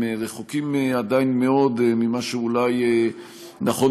הם רחוקים עדיין מאוד ממה שאולי נכון